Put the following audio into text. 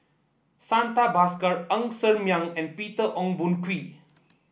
Santha Bhaskar Ng Ser Miang and Peter Ong Boon Kwee